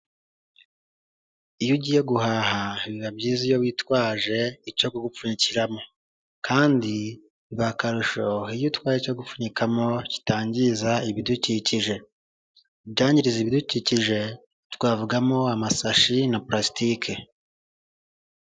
Iyo ugiye guhaha biba byiza iyo witwaje icyo kugupfunyikiramo kandi biba akarusho iyo utwaye icyo gupfunyikamo kitangiza ibidukikije, mu byangiriza ibidukikije twavugamo amasashi na parasitike.